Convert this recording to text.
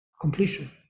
completion